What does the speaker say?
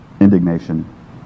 indignation